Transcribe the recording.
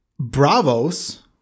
Bravos